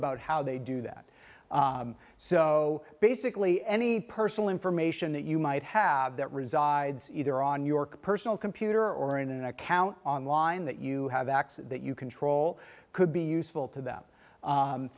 about how they do that so basically any personal information that you might have that resides either on york personal computer or in an account online that you have access that you control could be useful to th